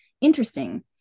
interesting